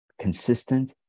consistent